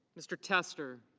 mr. tessler.